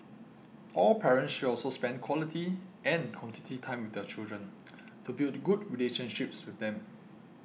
all parents should also spend quality and quantity time their children to build good relationships with them